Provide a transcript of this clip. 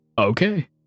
okay